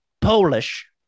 Polish